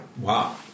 Wow